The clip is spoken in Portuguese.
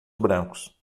brancos